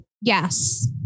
Yes